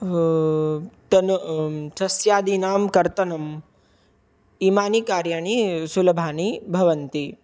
तनु सस्यादीनां कर्तनम् इमानि कार्याणि सुलभानि भवन्ति